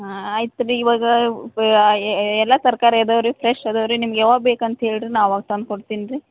ಹಾಂ ಆಯ್ತು ರೀ ಇವಾಗ ಪ ಎಲ್ಲ ತರಕಾರಿ ಅದಾವೆ ರೀ ಫ್ರೆಶ್ ಅದಾವೆ ರೀ ನಿಮ್ಗ ಯಾವಾಗ ಬೇಕಂತ ಹೇಳಿ ರೀ ನಾವು ಅವಾಗ ತಂದ್ಕೊಡ್ತಿನಿ ರೀ